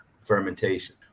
fermentation